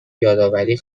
یادآوری